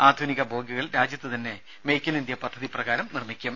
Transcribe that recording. ആധുനിക ബോഗികൾ രാജ്യത്ത് തന്നെ മെയ്ക്ക് ഇൻ ഇന്ത്യ പദ്ധതി പ്രകാരം നിർമ്മിക്കും